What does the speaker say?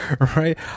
right